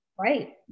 Right